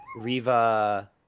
Riva